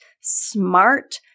smart